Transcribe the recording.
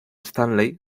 stanley